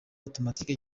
automatic